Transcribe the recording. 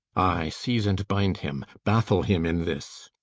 ay, seize and bind him. baffle him in this.